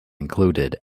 included